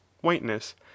WHITENESS